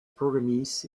programmes